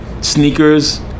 sneakers